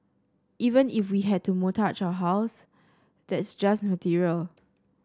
even if we had to mortgage our house that's just material